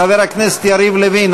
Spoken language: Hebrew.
חבר הכנסת יריב לוין,